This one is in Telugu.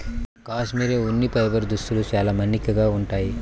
కాష్మెరె ఉన్ని ఫైబర్ దుస్తులు చాలా మన్నికగా ఉంటాయి